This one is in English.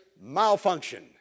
malfunction